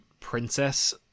princess